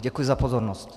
Děkuji za pozornost.